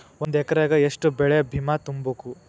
ಒಂದ್ ಎಕ್ರೆಗ ಯೆಷ್ಟ್ ಬೆಳೆ ಬಿಮಾ ತುಂಬುಕು?